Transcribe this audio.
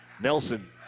Nelson